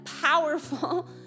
powerful